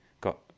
got